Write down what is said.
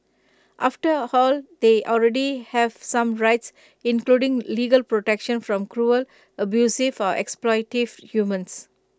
after all they already have some rights including legal protection from cruel abusive or exploitative humans